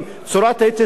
התעסוקה,